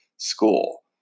School